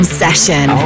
session